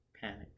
panic